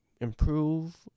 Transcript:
improve